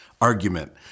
argument